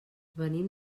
venim